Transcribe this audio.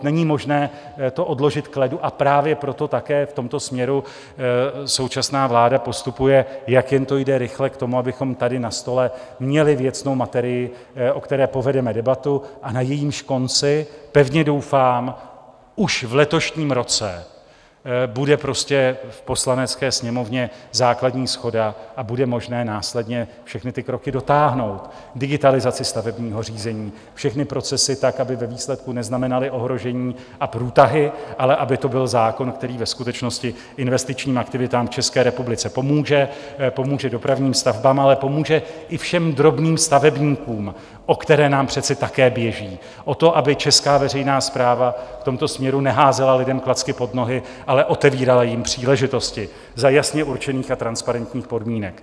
Není možné to odložit k ledu, a právě proto také v tomto směru současná vláda postupuje, jak jen to jde, rychle k tomu, abychom tady na stole měli věcnou materii, o které povedeme debatu, na jejímž konci, pevně doufám, už v letošním roce bude v Poslanecké sněmovně základní shoda a bude možné následně všechny ty kroky dotáhnout: digitalizaci stavebního řízení, všechny procesy tak, aby ve výsledku neznamenaly ohrožení a průtahy, ale aby to byl zákon, který ve skutečnosti investičním aktivitám v České republice pomůže, pomůže dopravním stavbám, ale pomůže i všem drobným stavebníkům, o které nám přece také běží, o to, aby česká veřejná správa v tomto směru neházela lidem klacky pod nohy, ale otevírala jim příležitosti za jasně určených a transparentních podmínek.